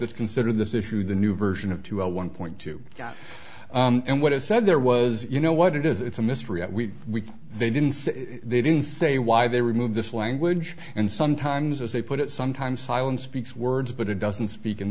that's considered this issue the new version of one point two and what it said there was you know what it is it's a mystery at we we they didn't say they didn't say why they removed this language and sometimes as they put it sometimes silence speaks words but it doesn't speak in